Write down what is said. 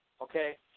Okay